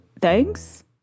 Thanks